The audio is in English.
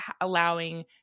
allowing